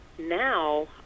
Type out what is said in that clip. now